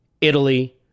Italy